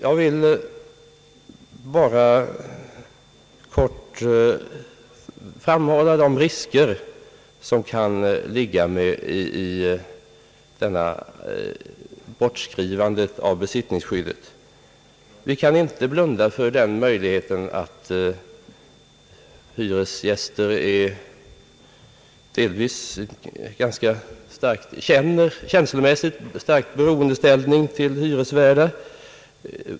Jag vill bara i korthet peka på de risker som kan ligga i detta bortskrivande av besittningsskyddet. Vi kan inte blunda för den möjligheten att många hyresgäster känslomässigt är i en ganska stark beroendeställning till hyresvärdarna.